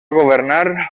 governar